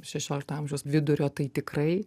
šešiolikto amžiaus vidurio tai tikrai